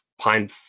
pine